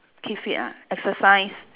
keep fit ah exercise